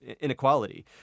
inequality